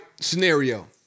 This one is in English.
scenario